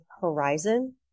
Horizon